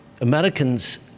Americans